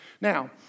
Now